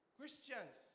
Christians